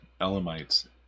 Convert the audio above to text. Elamites